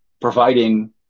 providing